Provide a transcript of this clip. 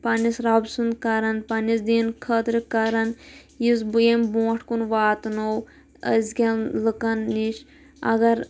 پَننِس رۅب سُنٛد کَران پَننِس دیٖنٕ خٲطرٕ کَران یُس بہٕ ییٚمۍ بونٛٹھ کُن واتنوو أزۍ کیٚن لوٗکَن نِش اَگَر